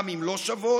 גם אם לא שוות,